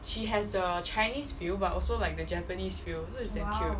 she has the chinese feel but also like the japanese feel so is damn cute